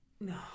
no